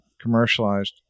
commercialized